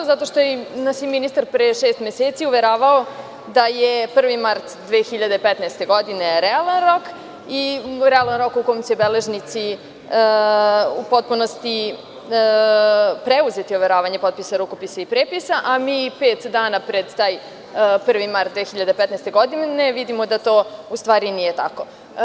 Zato što nas je ministar pre šest meseci uveravao da je 1. mart 2015. godine realan rok u kom će beležnici u potpunosti preuzeti overavanje potpisa, rukopisa i prepisa, a mi pet dana pred taj 1. mart 2015. godine vidimo da to u stvari nije tako.